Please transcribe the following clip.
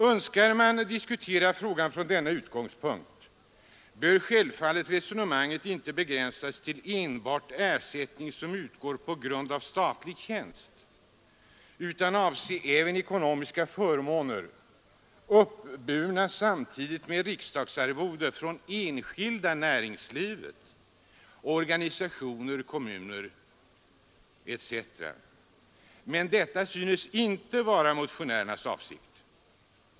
Önskar man diskutera frågan från denna utgångspunkt bör självfallet resonemanget inte begränsas till enbart ersättning som utgår på grund av statlig tjänst utan avse även ekonomiska förmåner — uppburna samtidigt med riksdagsarvode — från enskilda näringslivet, organisationer, kommuner etc. Detta synes inte ha varit motionärernas avsikt.